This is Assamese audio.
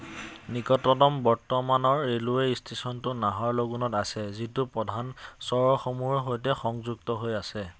নিকটতম বৰ্তমানৰ ৰেলৱে ষ্টেচনটো নাহৰলাগুনত আছে যিটো প্ৰধান চহৰসমূহৰ সৈতে সংযুক্ত হৈ আছে